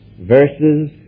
verses